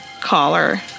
caller